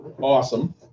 awesome